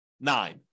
nine